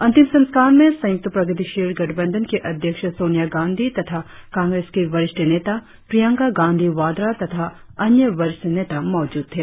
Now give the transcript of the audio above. अंतिम संस्कार में संयुक्त प्रगतिशील गठबंधन की अध्यक्ष सोनिया गांधी तथा कांग्रेस की वरिष्ठ नेता प्रियंका गांधी वाड्रा तथा अन्य वरिष्ठ नेता मौजूद थे